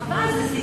חבל שזה